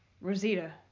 Rosita